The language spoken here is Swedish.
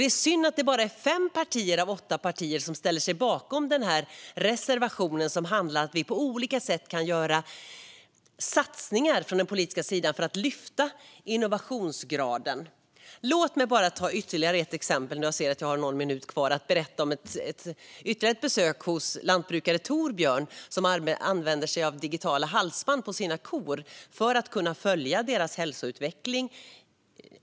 Det är synd att bara fem av åtta partier ställer sig bakom den här reservationen, som handlar om att vi på olika sätt kan göra satsningar från den politiska sidan för att lyfta innovationsgraden. Låt mig ta ytterligare ett exempel - jag ser att jag har någon minut kvar på min talartid - och berätta om ett besök hos lantbrukaren Torbjörn, som använder sig av digitala halsband på sina kor för att kunna följa deras hälsoutveckling.